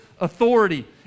authority